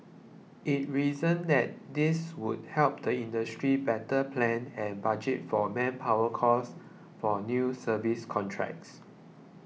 it reasoned that this would helped the industry better plan and budget for manpower costs for new service contracts